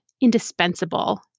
indispensable